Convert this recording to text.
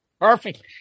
perfect